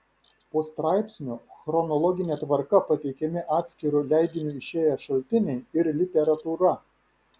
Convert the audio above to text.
po straipsniu chronologine tvarka pateikiami atskiru leidiniu išėję šaltiniai ir literatūra